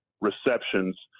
receptions